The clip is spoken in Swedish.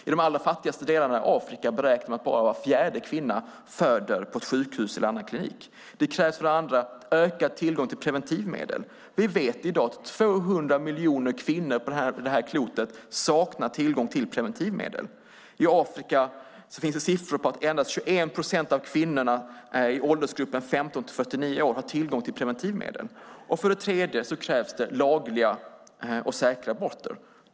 I de allra fattigaste delarna av Afrika beräknar man att bara var fjärde kvinna föder på sjukhus eller annan klinik. Det krävs för det andra ökad tillgång till preventivmedel. Vi vet i dag att 200 miljoner kvinnor på jordklotet saknar tillgång till preventivmedel. I Afrika finns det siffror på att endast 21 procent av kvinnorna i åldrarna 15-49 år har tillgång till preventivmedel. För det tredje krävs det lagliga och säkra aborter.